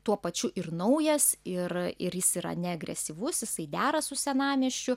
tuo pačiu ir naujas ir ir jis yra neagresyvus jisai dera su senamiesčiu